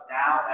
now